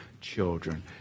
children